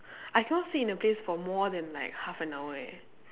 I cannot sit in a place for more than like half an hour eh